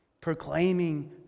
proclaiming